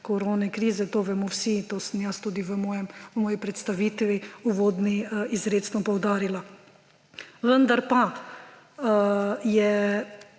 koronakrize, to vemo vsi in to sem jaz tudi v svoji predstavitvi uvodni izrecno poudarila. Vendar pa je